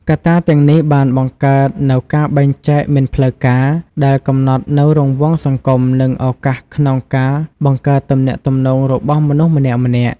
កត្តាទាំងនេះបានបង្កើតនូវការបែងចែកមិនផ្លូវការ ដែលកំណត់នូវរង្វង់សង្គមនិងឱកាសក្នុងការបង្កើតទំនាក់ទំនងរបស់មនុស្សម្នាក់ៗ។